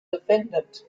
defendant